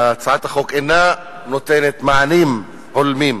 והצעת החוק אינה נותנת מענים הולמים.